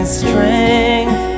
strength